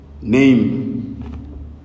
name